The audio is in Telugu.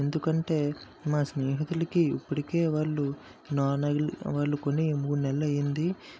ఎందుకంటే మా స్నేహితులకి ఇప్పటికే వాళ్ళు నాలుగు నెలలు వాళ్ళు కొన్ని మూడు నెలలు అయింది